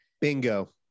Bingo